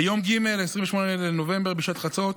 ביום ג' 28 בנובמבר, בשעת חצות,